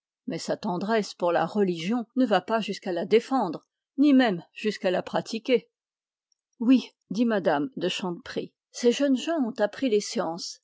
mais sa tendresse pour la religion ne vas pas jusqu'à la défendre pas même jusqu'à la pratiquer oui dit mme de chanteprie ces jeunes gens ont appris les sciences